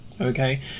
okay